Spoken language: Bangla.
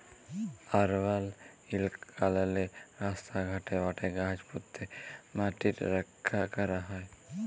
আরবাল ইলাকাললে রাস্তা ঘাটে, মাঠে গাহাচ প্যুঁতে ম্যাটিট রখ্যা ক্যরা হ্যয়